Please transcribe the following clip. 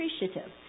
appreciative